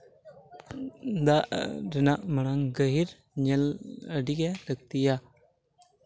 ᱫᱟᱜ ᱨᱮᱱᱟᱜ ᱢᱟᱲᱟᱝ ᱜᱟᱹᱦᱤᱨ ᱧᱮᱞ ᱟᱹᱰᱤ ᱜᱮ ᱞᱟᱹᱠᱛᱤᱭᱟ